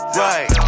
right